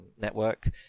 network